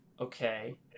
Okay